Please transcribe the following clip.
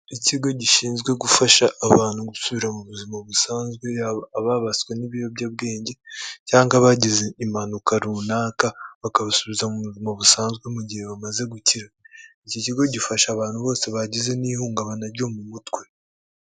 Ikigo gishinzwe gufasha abantu gusubira mu buzima busanzwe, yaba ababaswe n'ibiyobyabwenge cyangwa abagize impanuka runaka, bakabasubiza mu buzima busanzwe mu gihe bamaze gukira, iki kigo gifasha abantu bose bagize n'ihungabana ryo mu mutwe.